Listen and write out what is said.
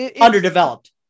underdeveloped